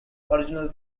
original